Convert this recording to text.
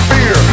Fear